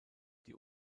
die